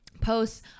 posts